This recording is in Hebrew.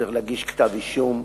צריך להגיש כתב אישום,